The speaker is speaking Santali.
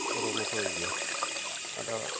ᱠᱩᱨᱩᱢᱩᱴᱩᱭ ᱜᱮᱭᱟ ᱟᱫᱚ